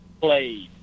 played